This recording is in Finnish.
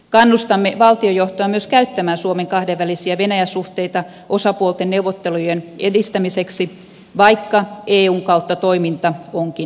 kannustamme valtiojohtoa myös käyttämään suomen kahdenvälisiä venäjä suhteita osapuolten neuvottelujen edistämiseksi vaikka eun kautta toiminta onkin etusijalla